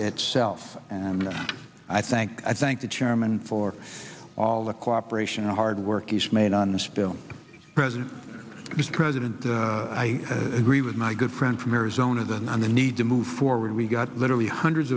itself and i thank i thank the chairman for all the cooperation and hard work he's made on the spill the president president i agree with my good friend from arizona the need to move forward we got literally hundreds